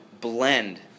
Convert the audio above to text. blend